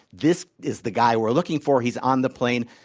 this is the guy we're looking for. he's on the plane.